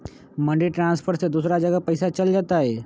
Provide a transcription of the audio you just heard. Money transfer से दूसरा जगह पईसा चलतई?